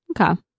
Okay